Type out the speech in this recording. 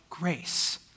grace